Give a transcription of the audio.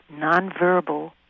nonverbal